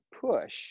push